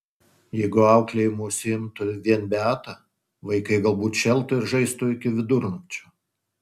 jeigu auklėjimu užsiimtų vien beata vaikai galbūt šėltų ir žaistų iki vidurnakčio